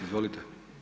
Izvolite!